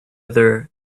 other